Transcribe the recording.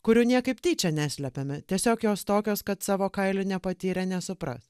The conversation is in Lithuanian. kurių niekaip tyčia neslepiame tiesiog jos tokios kad savo kailiu nepatyrę nesupras